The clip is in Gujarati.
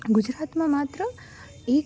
ગુજરાતમાં માત્ર એક